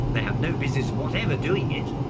they have no business whatever doing it.